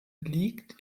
liegt